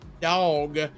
dog